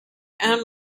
and